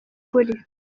ukuri